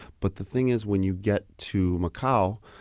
but the thing is when you get to macau,